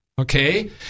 okay